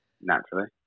Naturally